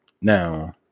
Now